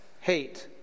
hate